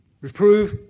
Reprove